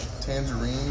Tangerine